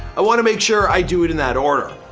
i want to make sure i do it in that order.